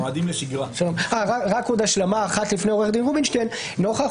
רק עוד השלמה אחת לפני עורכת הדין רובינשטיין נוכח